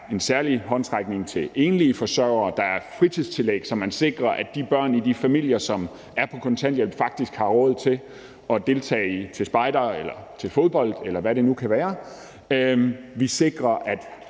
en særlig håndsrækning til enlige forsørgere, og der er et fritidstillæg, så vi sikrer, at man i de familier, som er på kontanthjælp, faktisk har råd til, at børnene kan deltage til spejder eller til fodbold, eller hvad det nu kan være. Vi sikrer, at